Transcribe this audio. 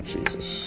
Jesus